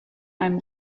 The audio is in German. einem